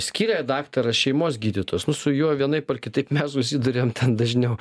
skiria daktaras šeimos gydytojas nu su juo vienaip ar kitaip mes susiduriam ten dažniau